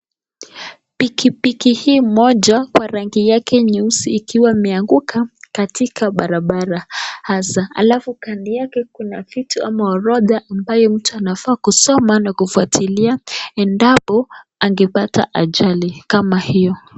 Pikipiki hii moja kwa rangi yake nyeusi ikiwa imeanguka katika barabara hasa, alafu kando yake kuna vitu ama orodha ambayo mtu anafaa kusoma na kufuatilia endapo angepata ajali kama hio.